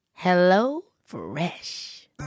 HelloFresh